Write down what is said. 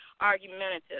argumentative